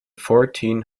fourteen